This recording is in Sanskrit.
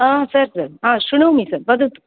हा सर् सर् हा श्रुणोमि सर् वदतु